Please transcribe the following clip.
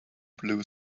blue